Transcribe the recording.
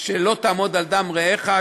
של "לא תעמד על דם רעך",